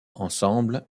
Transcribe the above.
ensemble